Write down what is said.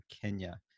Kenya